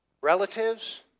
Relatives